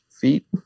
feet